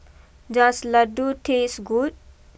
does Ladoo taste good